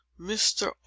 mr